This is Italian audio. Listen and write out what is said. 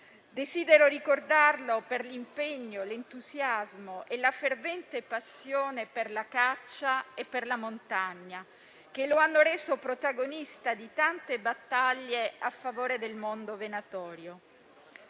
Desidero ricordarlo per l'impegno, l'entusiasmo e la fervente passione per la caccia e per la montagna, che lo hanno reso protagonista di tante battaglie a favore del mondo venatorio.